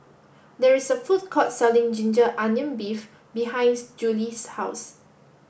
there is a food court selling Ginger Onion Beef behind Julie's house